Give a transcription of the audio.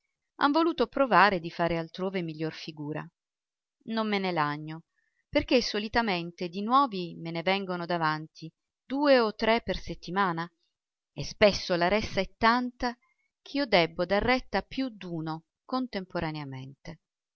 han voluto provare di fare altrove miglior figura non me ne lagno perché solitamente di nuovi me ne vengon davanti due e tre per settimana e spesso la ressa è tanta ch'io debbo dar retta a più d'uno contemporaneamente